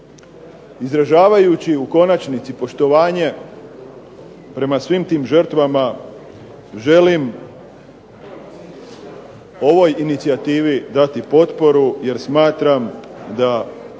Izražavajući u konačnici poštovanje prema svim tim žrtvama, želim ovoj inicijativi dati potporu, jer smatram da